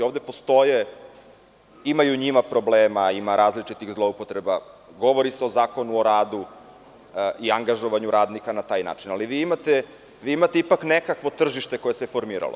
Ovde postoje, ima i u njima problema, ima različitih zloupotreba, govori se o Zakonu o radu i angažovanju radnika na taj način, ali imate ipak nekakvo tržište koje se formiralo.